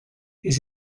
his